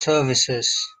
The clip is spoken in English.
services